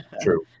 True